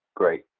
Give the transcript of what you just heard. great.